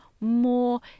more